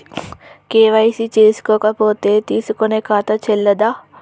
KYC చేసుకోకపోతే తీసుకునే ఖాతా చెల్లదా?